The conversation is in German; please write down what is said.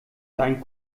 dein